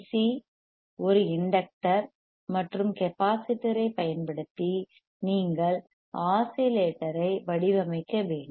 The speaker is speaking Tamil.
சி ஒரு இண்டக்டர் மற்றும் கெப்பாசிட்டர் ஐப் பயன்படுத்தி நீங்கள் ஆஸிலேட்டரை வடிவமைக்க வேண்டும்